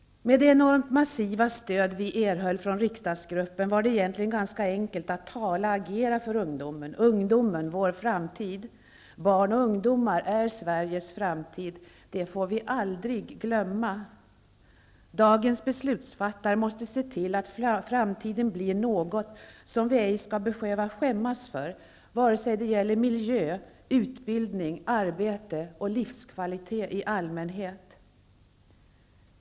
Med det enormt massiva stöd vi erhöll från riksdagsgruppen var det egentligen ganska enkelt att tala och agera för ungdomen -- ungdomen, vår framtid. Barn och ungdomar är Sveriges framtid. Det får vi aldrig glömma. Dagens beslutsfattare måste se till att framtiden blir något som vi ej skall behöva skämmas för, vare sig det gäller miljö, utbildning, arbete eller livskvalitet i allmänhet.